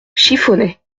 chiffonnet